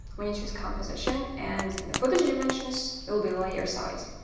when you choose composition and the footage dimensions, it will be layer size.